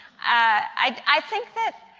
i think that,